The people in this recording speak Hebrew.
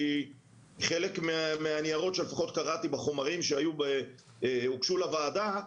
כי חלק מהניירות שלפחות קראתי בחומרים שהוגשו לוועדה,